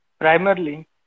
Primarily